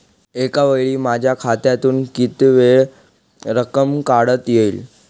एकावेळी माझ्या खात्यातून कितीवेळा रक्कम काढता येईल?